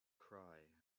cry